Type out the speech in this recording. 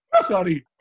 Sorry